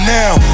now